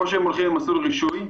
או שהם הולכים למסלול רישוי,